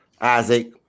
Isaac